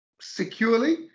securely